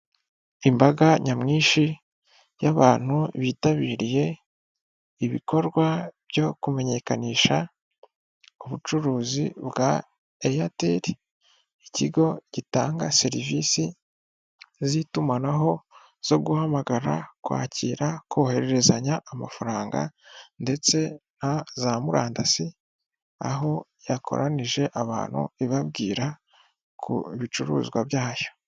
Imbaga nyamwinshi y'abantu bitabiriye ibikorwa byo kumenyekanisha ubucuruzi bwa eyateri, ikigo gitanga serivisi z'itumanaho zo guhamagara, kwakira, kohererezanya amafaranga ndetse na za murandasi aho yakoranije abantu ibabwira ku bicuruzwa byayo.